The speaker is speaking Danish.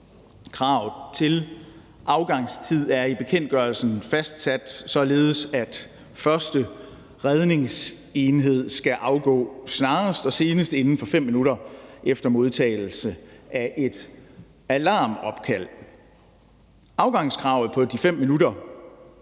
Kravet til afgangstid er i bekendtgørelsen fastsat således, at første redningsenhed skal afgå snarest og senest inden for 5 minutter efter modtagelse af et alarmopkald. Afgangskravet på de 5 minutter